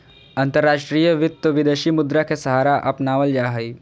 अंतर्राष्ट्रीय वित्त, विदेशी मुद्रा के सहारा अपनावल जा हई